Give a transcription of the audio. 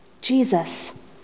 Jesus